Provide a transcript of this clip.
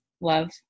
love